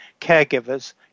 caregivers